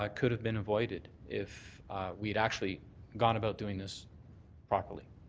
um could have been avoided if we had actually gone about doing this properly.